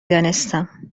دانستم